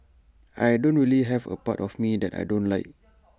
I don't really have A part of me that I don't like